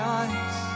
eyes